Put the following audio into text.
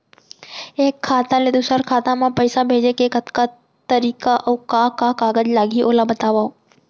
एक खाता ले दूसर खाता मा पइसा भेजे के कतका तरीका अऊ का का कागज लागही ओला बतावव?